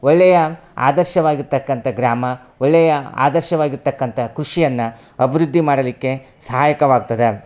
ಒಳ್ಳೆಯ ಆದರ್ಶವಾಗಿರ್ತಕ್ಕಂಥ ಗ್ರಾಮ ಒಳ್ಳೆಯ ಆದರ್ಶವಾಗಿರ್ತಕ್ಕಂಥ ಕ್ರುಷಿಯನ್ನು ಅಭಿವೃದ್ದಿ ಮಾಡಲಿಕ್ಕೆ ಸಹಾಯಕವಾಗ್ತದೆ